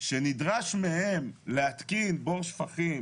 שנדרש מהן להתקין בור שפכים